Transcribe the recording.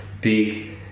big